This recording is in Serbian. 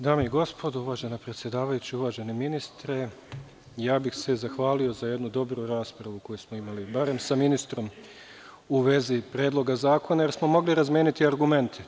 Dame i gospodo, uvažena predsedavajuća, uvaženi ministre, zahvalio bih se za jednu dobru raspravu koju smo imali, barem sa ministrom u vezi Predloga zakona, jer smo mogli razmeniti argumente.